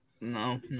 No